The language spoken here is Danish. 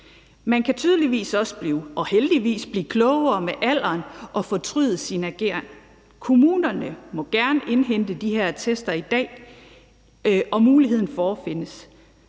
Man kan tydeligvis, og heldigvis, også blive klogere med alderen og fortryde sin ageren. Kommunerne må gerne indhente de her attester i dag. Muligheden forefindes.